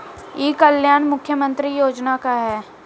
ई कल्याण मुख्य्मंत्री योजना का है?